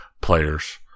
players